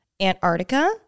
Antarctica